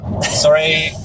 Sorry